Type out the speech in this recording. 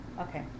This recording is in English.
Okay